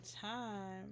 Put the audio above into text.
time